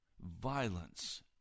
Violence